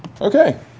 Okay